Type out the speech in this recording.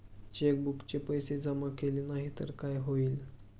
चेकबुकचे पैसे जमा केले नाही तर काय होईल?